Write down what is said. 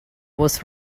was